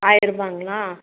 ஆயிருபாங்ளா